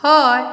हय